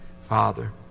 Father